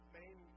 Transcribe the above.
main